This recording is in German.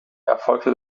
erfolgte